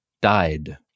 died